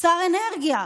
שר האנרגיה,